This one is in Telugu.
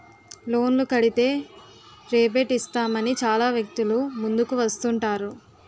లోన్లు కడితే రేబేట్ ఇస్తామని చాలా వ్యక్తులు ముందుకు వస్తుంటారు